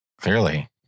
Clearly